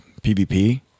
PvP